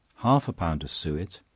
half a pound of suet,